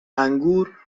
انگور